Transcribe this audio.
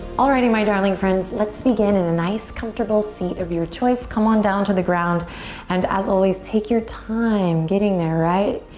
alrighty, my darling friends, let's begin in a nice, comfortable seat of your choice. come on down to the ground and, as always, take your time getting there, right?